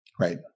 Right